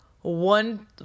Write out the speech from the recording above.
one